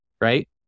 right